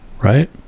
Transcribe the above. right